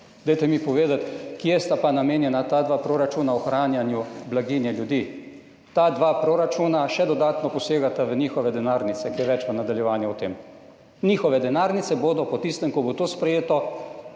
Dajte mi povedati, kje sta pa namenjena ta dva proračuna ohranjanju blaginje ljudi. Ta dva proračuna še dodatno posegata v njihove denarnice, kaj več v nadaljevanju o tem. Njihove denarnice bodo po tistem, ko bo to sprejeto,